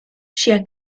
ŝia